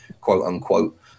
quote-unquote